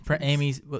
Amy's